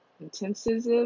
intensive